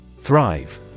Thrive